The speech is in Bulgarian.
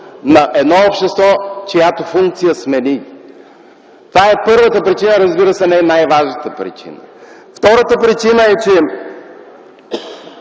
на едно общество, чиято функция сме ние. Това е първата причина, разбира се, не най-важната. Втората причина е –